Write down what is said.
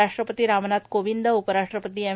राष्ट्रपती रामनाथ कोविंद उपराष्ट्रपती एम